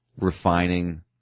refining